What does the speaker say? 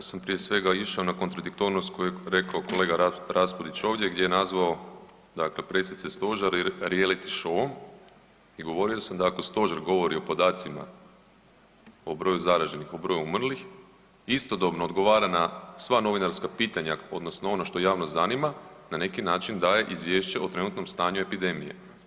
Ja sam prije svega išao na kontradiktornost koju je rekao kolega Raspudić ovdje, gdje je nazvao dakle presice Stožera reality showom i govorio sam da ako Stožer govori o podacima o broju zaraženih, o broju umrlih istodobno odgovara na sva novinarska pitanja odnosno ono što javnost zanima, na neki način daje izvješće o trenutnom stanju epidemije.